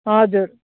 हजुर